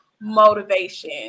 motivation